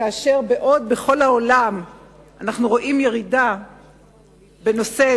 כאשר בכל העולם אנחנו עדים לירידה בזיהום